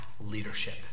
leadership